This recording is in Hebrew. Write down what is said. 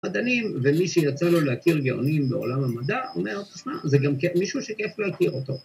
‫מדענים, ומי שיצא לו להכיר ‫גאונים בעולם המדע, ‫אומר, תשמע, זה גם מישהו ‫שכיף להכיר אותו.